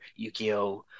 Yukio